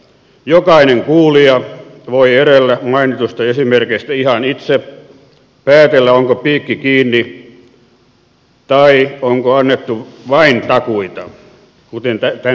jokainen kuulija voi edellä mainituista esimerkeistä ihan itse päätellä onko piikki kiinni tai onko annettu vain takuita kuten tänään on väitetty